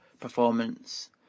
Performance